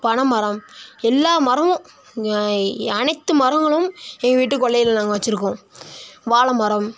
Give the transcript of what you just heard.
பனைமரம் எல்லா மரமும் இங்கே அனைத்து மரங்களும் எங்க வீட்டு கொல்லையில் நாங்கள் வச்சிருக்கோம் வாழைமரம்